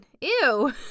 Ew